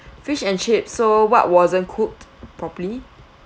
fish and chips so what wasn't cooked properly